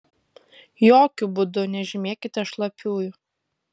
jokiu būdu nežymėkite šlapiųjų